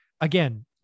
again